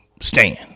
stand